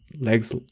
legs